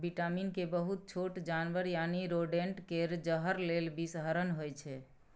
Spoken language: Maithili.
बिटामिन के बहुत छोट जानबर यानी रोडेंट केर जहर लेल बिषहरण होइ छै